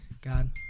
God